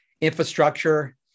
infrastructure